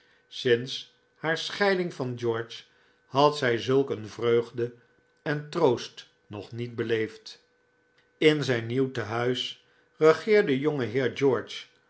sinds haar scheiding van george had zij zulk een vreugde en troost nog niet beleefd in zijn nieuw tehuis regeerde jongeheer george